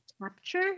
Capture